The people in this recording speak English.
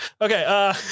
Okay